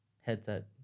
headset